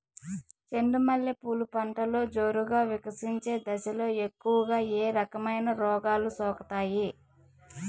చెండు మల్లె పూలు పంటలో జోరుగా వికసించే దశలో ఎక్కువగా ఏ రకమైన రోగాలు సోకుతాయి?